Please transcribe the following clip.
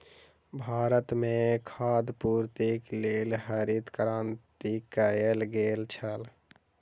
भारत में खाद्य पूर्तिक लेल हरित क्रांति कयल गेल छल